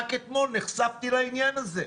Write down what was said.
רק אתמול נחשפתי לעניין הזה.